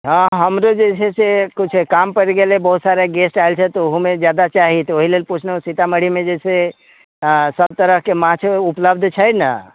हमरे जे छै से किछु काम पड़ि गेलै बहुत सारा गेस्ट आएल छथि तऽ ओहूमे ज्यादा चाही तऽ ओहि लेल पुछलहुँ कि सीतामढ़ीमे जे छै सबतरहके माछो उपलब्ध छै ने